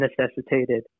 necessitated